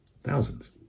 thousands